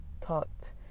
talked